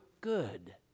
good